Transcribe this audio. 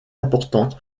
importante